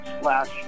slash